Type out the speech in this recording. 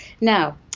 now